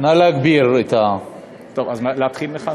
נא להגביר.